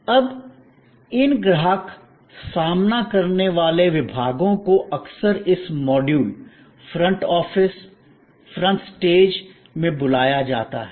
अब इन ग्राहक सामना करने वाले विभागों को अक्सर इस module front office front stage में बुलाया जाता है